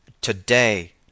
Today